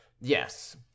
Yes